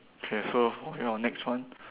K so your next one